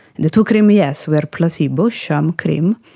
the two creams, yes, were placebo, sham creams,